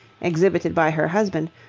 exhibited by her husband,